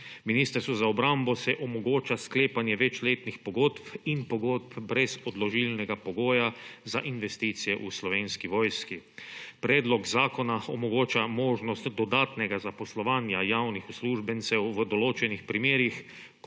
Ministrstvu za obrambo se omogoča sklepanje večletnih pogodb in pogodb brez odložilnega pogoja za investicije v Slovenski vojski. Predlog zakona omogoča možnost dodatnega zaposlovanja javnih uslužbencev v določenih primerih,